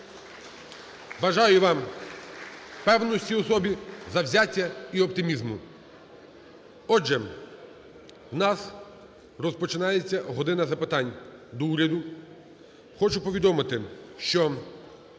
Бажаю вам певності у собі, завзяття, і оптимізму. Отже, в нас розпочинається "година запитань до Уряду". Хочу повідомити, що